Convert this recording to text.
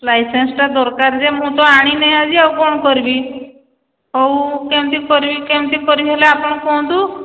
ଲାଇସେନ୍ସଟା ଦରକାର ଯେ ମୁଁ ତ ଆଣିିନି ଆଜି ଆଉ କ'ଣ କରିବି ହଉ କେମିତି କରିବି କେମିତି କରିବି ହେଲେ ଆପଣ କୁହନ୍ତୁ